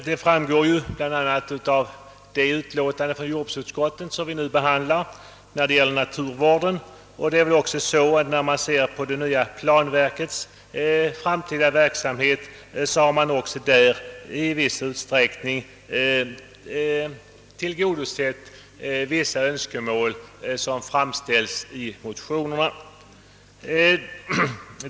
Detta framgår även av jordbruksutskottets utlåtande nr 17, som gäller naturvårdens organisation. Ser man på det nya planverkets framtida verksamhet har också där vissa önskemål som framställts i motionerna i viss utsträckning tillgodosetts.